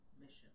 mission